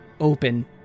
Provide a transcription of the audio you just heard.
open